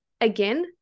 again